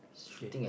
K